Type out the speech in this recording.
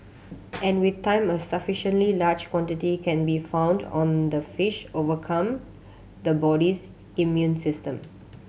and with time a sufficiently large quantity can be found on the fish overcome the body's immune system